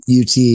ut